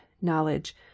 knowledge